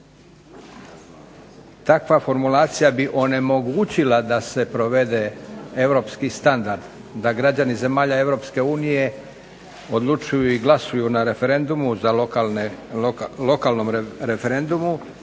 takva formulacija bi onemogućila da se provede europski standard. Da građani zemalja EU odlučuju i glasuju na referendumu za lokalne, lokalnom referendumu